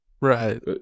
Right